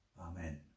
Amen